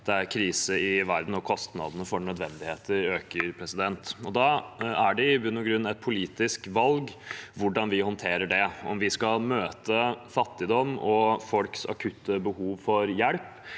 er krise i verden, og kostnadene for nødvendigheter øker. Da er det i bunn og grunn et politisk valg hvordan vi håndterer det: om vi på den ene siden skal møte fattigdom og folks akutte behov for hjelp